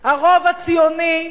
הרוב הציוני,